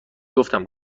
گفتم